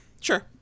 Sure